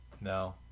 No